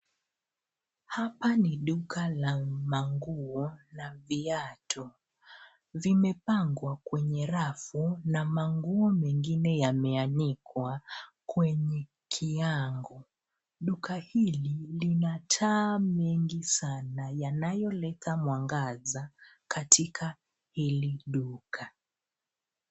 Hapa ni duka la manguo na viatu, vimepangwa kwenye rafu na manguo mengine yameanikwa kwenye kiango. Duka hili lina taa mengi sana yanayoleta mwangaza katika hili duka.